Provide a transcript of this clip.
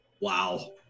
Wow